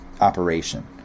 operation